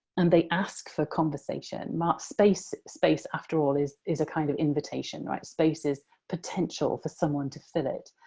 and they ask for conversation, mark space. space, after all, is is a kind of invitation, right? space is potential for someone to fill it,